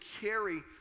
carry